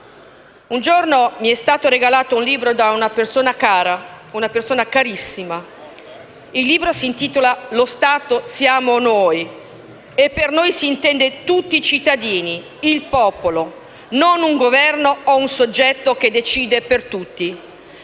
Un giorno mi è stato regalato un libro da una persona carissima, che si intitola «Lo Stato siamo noi», e per «noi» s'intende tutti i cittadini, il popolo, non un Governo o un soggetto che decide per tutti.